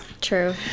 True